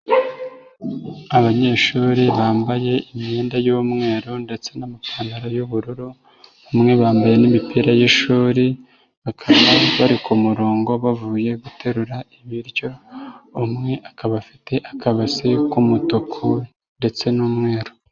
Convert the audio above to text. Abanyeshuri bambaye imyenda y'umweru ndetse n'amapantaro y'ubururu, bamwe bambaye n'imipira y'ishuri, bakaba bari ku murongo bavuye guterura ibiryo, umwe akaba afite akabase k'umutuku ndetse n'umweru.